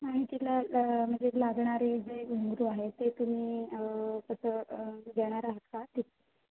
आणि तिला म्हणजे लागणारे जे घुंगरू आहे ते तुम्ही कसं देणार आहात का